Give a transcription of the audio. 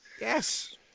yes